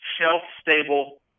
shelf-stable